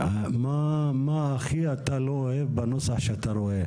מה אתה הכי הרבה לא אוהב בנוסח שמוצע.